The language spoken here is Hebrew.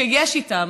שיש איתם.